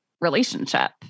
relationship